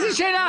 איזו שאלה?